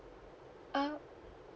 uh